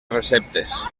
receptes